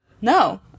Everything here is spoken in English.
no